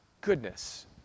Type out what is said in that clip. goodness